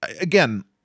again